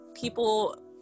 people